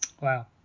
Wow